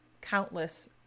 countless